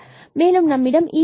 மேலும் நம்மிடம்e 1 கிடைக்கிறது